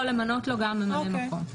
יכול למנות לו גם ממלא מקום.